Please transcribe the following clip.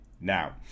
Now